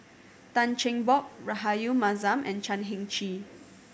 Tan Cheng Bock Rahayu Mahzam and Chan Heng Chee